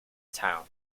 town